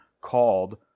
called